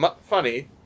funny